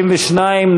62,